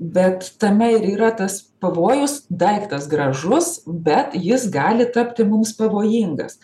bet tame ir yra tas pavojus daiktas gražus bet jis gali tapti mums pavojingas